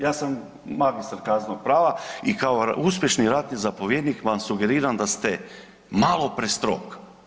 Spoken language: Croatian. Ja sam magistar kaznenog prava i kao uspješni ratni zapovjednik vam sugeriram da ste malo prestrog.